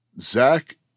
Zach